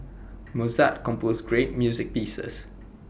Mozart composed great music pieces